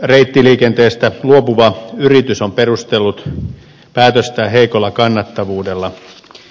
reittiliikenteestä luopuva yritys on perustellut päätöstä heikolla kannattavuudella